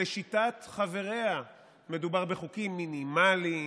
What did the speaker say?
לשיטת חבריה מדובר בחוקים מינימליים: